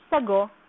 sago